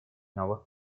новых